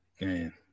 man